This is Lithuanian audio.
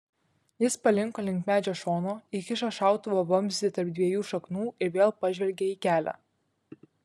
jis palinko link medžio šono įkišo šautuvo vamzdį tarp dviejų šaknų ir vėl pažvelgė į kelią